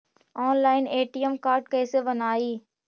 Online ATM card कैसे बनाई?